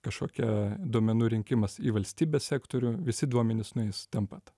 kažkokia duomenų rinkimas į valstybės sektorių visi duomenys nueis tan pat